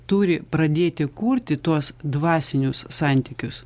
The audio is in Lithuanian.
turi pradėti kurti tuos dvasinius santykius